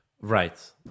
Right